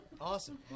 Awesome